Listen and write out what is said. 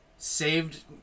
Saved